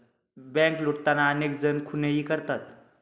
bank लुटताना अनेक जण खूनही करतात